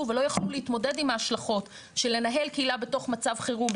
ולא יכלו להתמודד עם ההשלכות של לנהל קהילה בתוך מצב חירום,